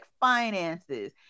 finances